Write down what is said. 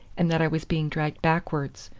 and that i was being dragged backwards,